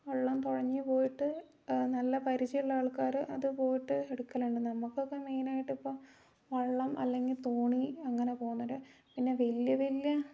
വള്ളം തുഴഞ്ഞു പോയി ട്ട് നല്ല പരിചയമുള്ള ആൾക്കാർ അത് പോയിട്ട് എടുക്കൽ ഉണ്ട് നമുക്കൊക്കെ മെയിനായിട്ട് ഇപ്പം വള്ളം അല്ലെങ്കിൽ തോണി അങ്ങനെ പോകുന്നുണ്ട് പിന്നെ വലിയ വലിയ